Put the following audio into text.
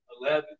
Eleven